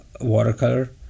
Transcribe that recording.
watercolor